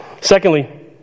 Secondly